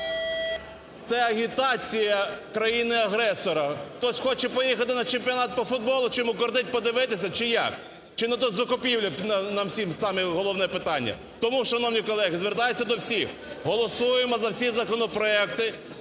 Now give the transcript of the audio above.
агітація країни-агресора. Хтось хоче поїхати на чемпіонат по футболу чи йому кортить подивитися, чи як? Чи тут закупівлі нам всім саме головне питання. Тому шановні колеги, звертаюся до всіх. Голосуємо за всі законопроекти,